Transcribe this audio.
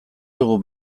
dugu